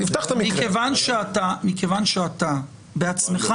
אתה בעצמך